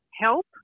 help